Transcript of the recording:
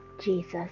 Jesus